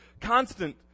constant